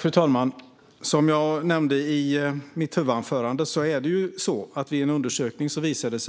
Fru talman! Som jag nämnde i mitt huvudanförande har en undersökning visat att